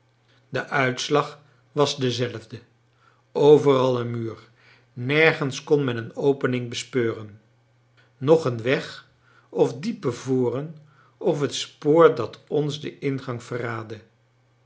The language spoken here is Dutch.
de uitslag was dezelfde overal een muur nergens kon men een opening bespeuren noch een weg of diepe voren of het spoor dat ons den ingang verraadde